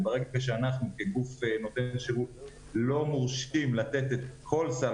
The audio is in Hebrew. וברגע שאנחנו כגוף שנותן שירות לא מורשים לתת את כל סל